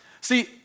See